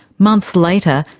months later,